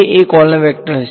A એ column vector હશે